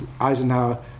Eisenhower